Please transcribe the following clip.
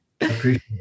appreciate